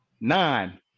nine